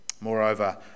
Moreover